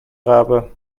rabe